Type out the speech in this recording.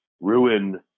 ruin